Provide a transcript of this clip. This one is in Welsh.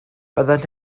byddent